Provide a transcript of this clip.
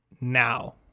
now